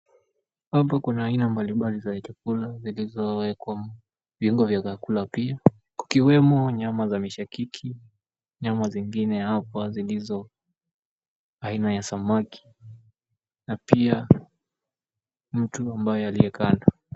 Hapa kuna aina mbalimbali za chakula zilizowekwa viungo vya vyakula pia kukiwemo nyama za mishakiki nyama zingine hapo zilizo aina ya samaki na pia mtu aliye kando.